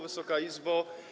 Wysoka Izbo!